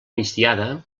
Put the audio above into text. migdiada